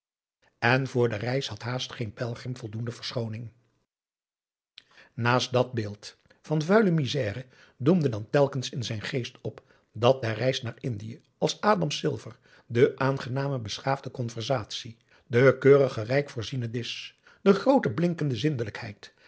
en voor de reis had haast geen pelgrim voldoende verschooning naast dat beeld van vuile misère doemde dan telkens in zijn geest op dat der reis naar indië als adam silver de aangename beschaafde conversatie de keurige rijk voorziene disch de groote